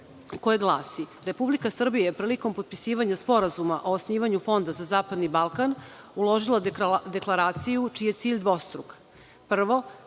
koje glasi – Republika Srbija je prilikom potpisivanja Sporazuma o osnivanju Fonda za zapadni Balkan uložila deklaraciju čiji je cilj dvostruk. Prvo,